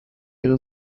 ihre